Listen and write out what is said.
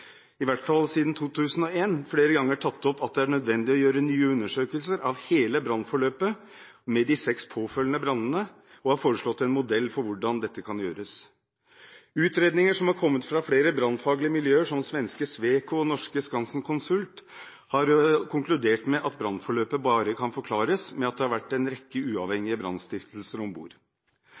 i hvert fall siden 2001, flere ganger tatt opp at det er nødvendig å gjøre nye undersøkelser av hele brannforløpet – med de seks påfølgende brannene – og har foreslått en modell for hvordan dette kan gjøres. Utredninger som har kommet fra flere brannfaglige miljøer, som svenske Sweco og norske Skansen Consult, har konkludert med at brannforløpet bare kan forklares med at det har vært en rekke uavhengige brannstiftelser om bord.